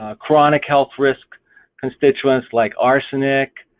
ah chronic health risk constituents like arsenic,